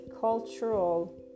cultural